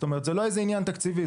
זה לא איזה עניין תקציבי.